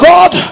God